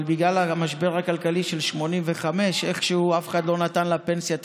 אבל בגלל המשבר הכלכלי של 1985 איכשהו אף אחד לא נתן לה פנסיה תקציבית,